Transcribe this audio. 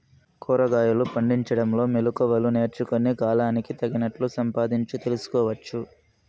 కూరగాయలు పండించడంలో మెళకువలు నేర్చుకుని, కాలానికి తగినట్లు సంపాదించు తెలుసుకోవచ్చు